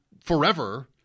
forever